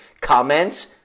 comments